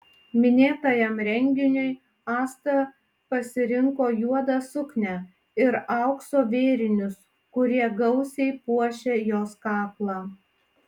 minėtajam renginiui asta pasirinko juodą suknią ir aukso vėrinius kurie gausiai puošė jos kaklą